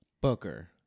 Booker